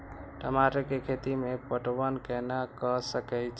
टमाटर कै खैती में पटवन कैना क सके छी?